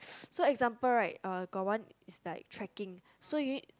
so example right uh got one is like tracking so you need